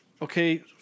okay